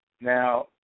Now